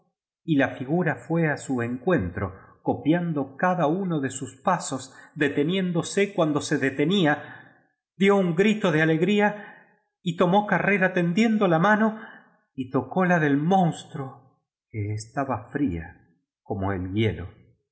y la figura fue á sq encuentro copiando cada uno de sus pasos deteniéndose cuando se detenía dió un grito de alegría y tomó carrera tendiendo la mano y tocó la del monstruo que estaba fría como el hielo